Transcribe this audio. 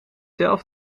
zelf